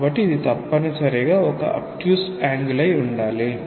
కాబట్టి ఇది తప్పనిసరిగా ఒక అబ్ట్యూస్ యాంగిల్ అయి ఉండాలి